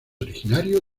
originario